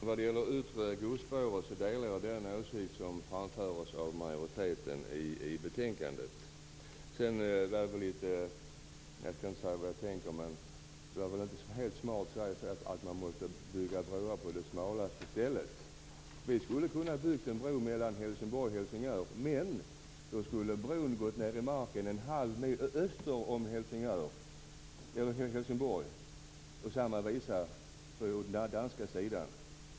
Herr talman! Vad gäller det yttre godsspåret delar jag den åsikt som framförs av majoriteten i betänkandet. Jag skall inte säga vad jag tänker, men det är väl inte helt smart att säga att man måste bygga broar på det smalaste stället. Vi skulle ha kunnat bygga en bro mellan Helsingborg och Helsingör. Men då skulle bron ha gått ned i marken en halv mil öster om Helsingborg, och samma visa på den danska sidan.